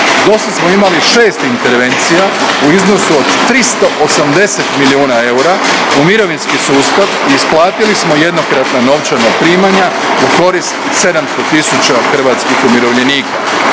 Dosad smo imali šest intervencija u iznosu od 380 milijuna eura u mirovinski sustav i isplatili smo jednokratna novčana primanja u korist 700 tisuća hrvatskih umirovljenika.